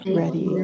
ready